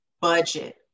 budget